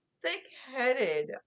thick-headed